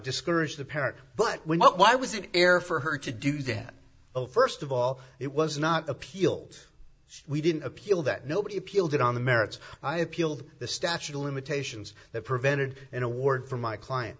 discourage the parent but why was it fair for her to do that well first of all it was not appealed we didn't appeal that nobody appealed it on the merits i appealed the statute of limitations that prevented an award from my client